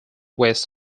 west